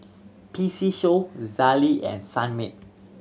P C Show Zalia and Sunmaid